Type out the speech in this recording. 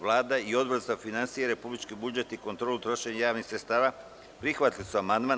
Vlada i Odbora za finansije, republički budžet i kontrolu trošenja javnih sredstava prihvatili su amandman.